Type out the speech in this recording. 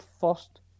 first